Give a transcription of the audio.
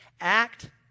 act